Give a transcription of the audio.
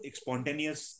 spontaneous